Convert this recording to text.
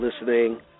Listening